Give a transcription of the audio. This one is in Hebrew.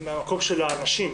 מהמקום של הנשים,